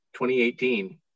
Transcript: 2018